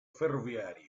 ferroviarie